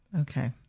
Okay